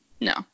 no